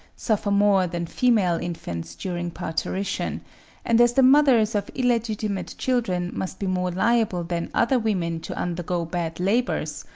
suffer more than female infants during parturition and as the mothers of illegitimate children must be more liable than other women to undergo bad labours,